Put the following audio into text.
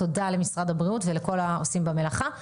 תודה למשרד הבריאות ולכל העושים במלאכה.